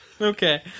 Okay